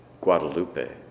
Guadalupe